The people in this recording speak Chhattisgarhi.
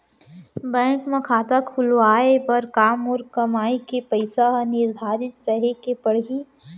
बैंक म खाता खुलवाये बर का मोर कमाई के पइसा ह निर्धारित रहे के पड़ही?